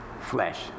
flesh